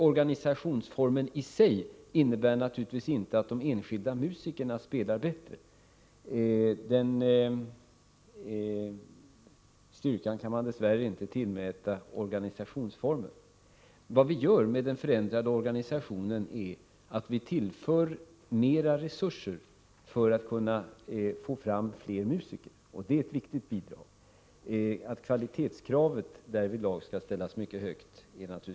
Organisationsformen i sig innebär självfallet inte att de enskilda musikerna spelar bättre — den styrkan kan man dess värre — Nr 48 inte tillmäta organisationsformen. Vad vi gö den förändrad isationen är att tillfö Tisdagen den ad vi Bör genom en förän ma le örgänikationen är att i Sar mera 11 december 1984 resurser för att få fram fler musiker, och det är ett viktigt bidrag. Att kvalitetskravet därvidlag skall ställas mycket högt är givet.